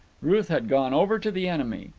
ruth had gone over to the enemy.